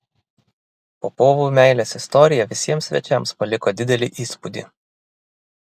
popovų meilės istorija visiems svečiams paliko didelį įspūdį